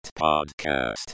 podcast